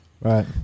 Right